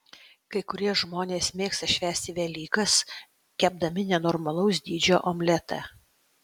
kai kurie žmonės mėgsta švęsti velykas kepdami nenormalaus dydžio omletą